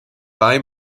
bei